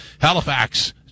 Halifax